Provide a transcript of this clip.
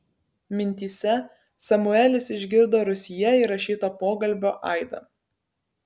mintyse samuelis išgirdo rūsyje įrašyto pokalbio aidą